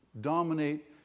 dominate